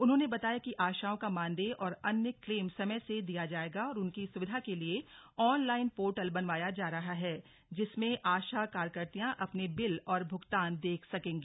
उन्होंने बताया कि आशाओं का मानदेय और अन्य क्लेम समय से दिया जायेगा और उनकी सुविधा के लिए ऑनलाइन पोर्टल बनवाया जा रहा है जिसमें आशा कार्यकत्रियां अपने बिल और भुगतान देख सकेंगी